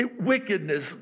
wickedness